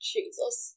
Jesus